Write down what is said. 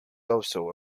also